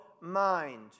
mind